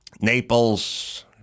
Naples